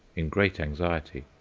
in great anxiety,